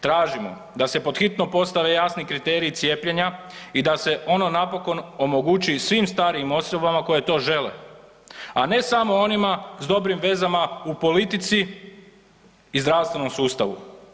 Tražimo da se pod hitno postave jasni kriteriji cijepljenja i da se ono napokon omogući svim starijim osobama koje to žele, a ne samo onima s dobrim vezama u politici i zdravstvenom sustavu.